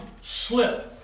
slip